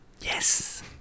Yes